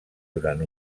durant